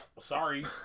sorry